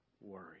worry